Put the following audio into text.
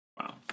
Wow